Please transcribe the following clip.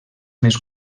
més